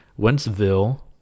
Wentzville